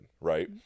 right